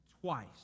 twice